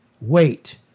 wait